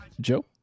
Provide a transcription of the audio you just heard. Joe